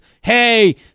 hey